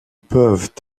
peuvent